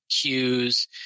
cues